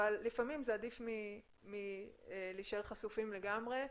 אבל לפעמים זה עדיף מלהשאר חשופים לגמרי.